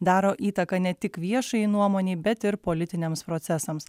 daro įtaką ne tik viešajai nuomonei bet ir politiniams procesams